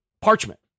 Parchment